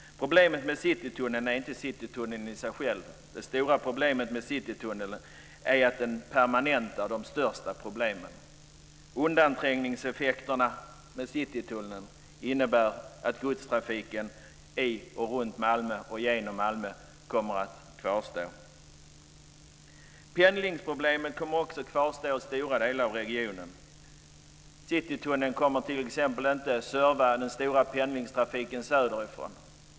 Problemet med Citytunneln är inte Citytunneln i sig själv. Det stora problemet med Citytunneln är att den permanentar de största problemen. Undanträngningseffekterna med Citytunneln innebär att godstrafiken i, runt och genom Malmö kommer att kvarstå. Pendlingsproblemet kommer också att kvarstå i stora delar av regionen. Citytunneln kommer t.ex. inte att serva den stora pendlingstrafiken söderifrån.